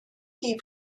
key